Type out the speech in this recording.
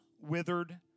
withered